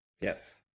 Yes